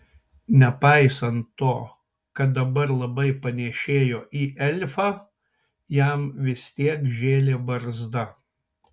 nepaisant to kad dabar labai panėšėjo į elfą jam vis tiek žėlė barzda